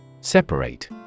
Separate